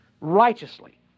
righteously